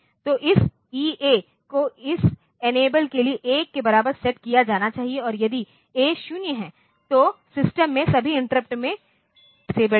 तो इस ईए को इस इनेबल के लिए 1 के बराबर सेट किया जाना चाहिए और यदि ए 0 है तो सिस्टम में सभी इंटरप्ट वे डिसेबल्ड हैं